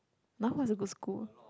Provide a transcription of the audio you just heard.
now must you go school